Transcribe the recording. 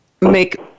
make